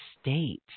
state